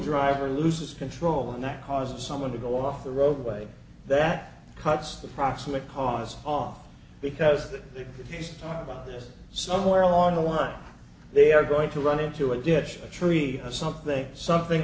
driver loses control and that causes someone to go off the roadway that cuts the proximate cause off because that if he's talking about this somewhere along the line they are going to run into a ditch a tree or something something